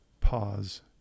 pause